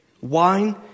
Wine